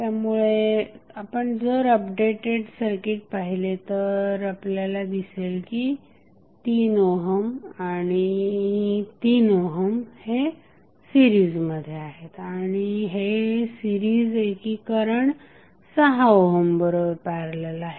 त्यामुळे आपण जर अपडेटेड सर्किट पाहिले तर आपल्याला दिसेल की 3 ओहम आणि 3 ओहम हे सिरीजमध्ये आहेत आणि हे सिरीज एकीकरण 6 ओहम बरोबर पॅरलल आहे